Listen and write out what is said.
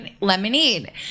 Lemonade